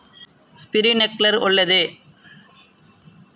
Sprinkler ಒಳ್ಳೇದೇ?